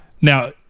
now